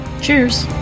Cheers